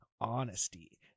honesty